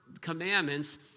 commandments